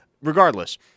Regardless